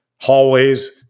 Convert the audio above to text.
hallways